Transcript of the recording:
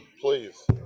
please